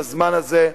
בזמן הזה,